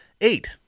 Eight